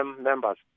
members